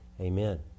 amen